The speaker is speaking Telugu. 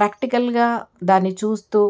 ప్రాక్టికల్గా దాన్ని చూస్తూ